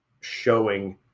showing